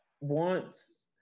wants